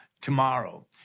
tomorrow